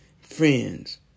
friends